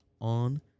on